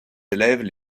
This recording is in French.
élèves